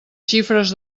xifres